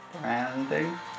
branding